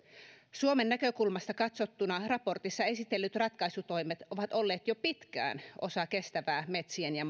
suomen näkökulmasta katsottuna raportissa esitellyt ratkaisutoimet ovat olleet jo pitkään osa kestävää metsien ja